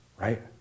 right